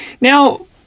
now